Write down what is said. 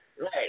Right